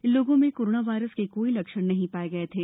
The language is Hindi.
इन लोगों में कोरोना वायरस के कोई लक्षण नही पाए गए थे